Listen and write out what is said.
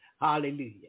Hallelujah